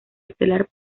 estelar